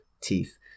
teeth